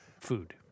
food